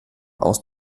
aus